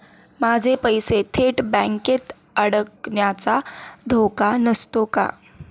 माझे पैसे थेट बँकेत अडकण्याचा धोका नसतो का?